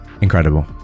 Incredible